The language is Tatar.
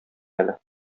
әле